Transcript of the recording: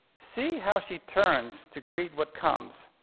see how she turns to greet what comes,